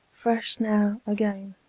fresh now, again,